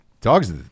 dogs